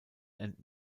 and